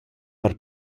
per